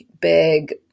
big